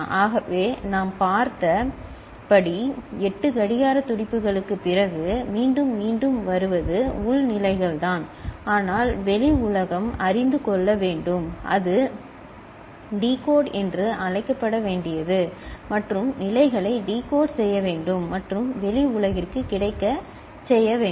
ஆகவே நாம் பார்த்தபடி 8 கடிகார துடிப்புகளுக்குப் பிறகு மீண்டும் மீண்டும் வருவது உள் நிலைகள்தான் ஆனால் வெளி உலகம் அறிந்து கொள்ள வேண்டும் அது டிகோட் என்று அழைக்கப்பட வேண்டியது மற்றும் நிலைகளை டிகோட் செய்ய வேண்டும் மற்றும் வெளி உலகிற்கு கிடைக்கச் செய்ய வேண்டும்